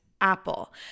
Apple